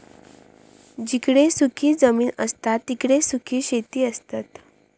जिकडे सुखी जमीन असता तिकडे सुखी शेती करतत